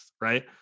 right